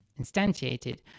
instantiated